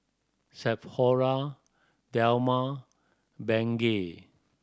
Sephora Dilmah Bengay